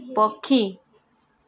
ପକ୍ଷୀ